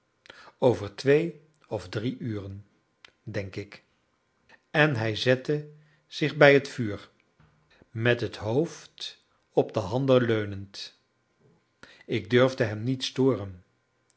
over twee of drie uren denk ik en hij zette zich bij het vuur met het hoofd op de handen leunend ik durfde hem niet storen